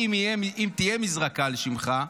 אם תהיה מזרקה על שמך,